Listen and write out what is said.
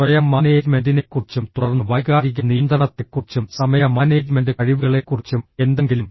സ്വയം മാനേജ്മെന്റിനെക്കുറിച്ചും തുടർന്ന് വൈകാരിക നിയന്ത്രണത്തെക്കുറിച്ചും സമയ മാനേജ്മെന്റ് കഴിവുകളെക്കുറിച്ചും എന്തെങ്കിലും